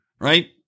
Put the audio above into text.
Right